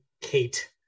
Kate